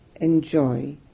enjoy